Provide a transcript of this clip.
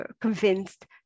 convinced